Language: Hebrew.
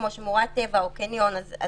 כמו שמורת טבע או קניון -- גם חנות היא אלפי מטרים.